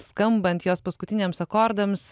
skambant jos paskutiniams akordams